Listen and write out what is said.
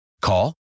Call